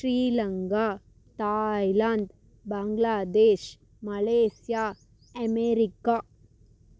Sri Lanka Thailand Bangladesh Malaysia America